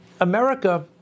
America